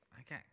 Okay